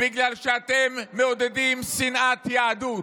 בגלל שאתם מעודדים שנאת יהדות.